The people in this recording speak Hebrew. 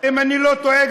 אם אני לא טועה,